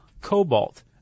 cobalt